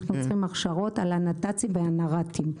אנחנו צריכים הכשרות על הנת"צים והנר"תים.